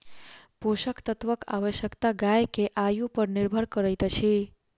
पोषक तत्वक आवश्यकता गाय के आयु पर निर्भर करैत अछि